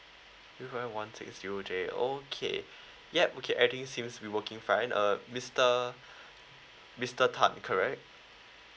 three five one six zero J okay yup okay everything seems be working fine uh mister mister tan correct